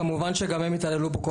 כמובן, גם הם התעללו בו.